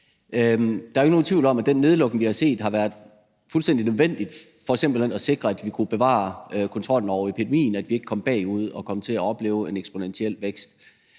ikke nogen tvivl om, at den nedlukning, vi har set, har været fuldstændig nødvendig for simpelt hen at sikre, at vi kunne bevare kontrollen over epidemien; at vi ikke kom bagud og kom til at opleve en eksponentiel vækst.